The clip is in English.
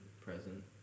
present